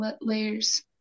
layers